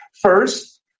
First